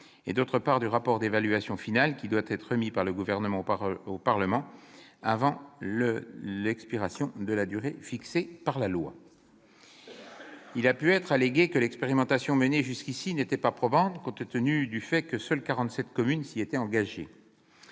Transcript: de l'eau et le rapport d'évaluation final qui doit être remis par le Gouvernement au Parlement avant l'expiration de la durée fixée par la loi. Il a pu être allégué que l'expérimentation menée jusqu'ici n'était pas probante, seules quarante-sept communes s'y étant engagées.